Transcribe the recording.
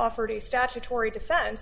offered a statutory defen